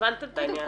--- הבנת את העניין?